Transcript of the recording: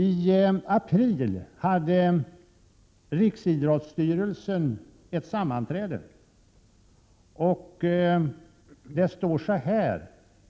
I april hade Riksidrottsstyrelsen ett sammanträde.